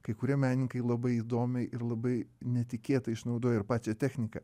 kai kurie menininkai labai įdomiai ir labai netikėtai išnaudoja ir pačią techniką